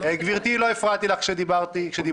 --- גברתי, לא הפרעתי לך כשדיברת.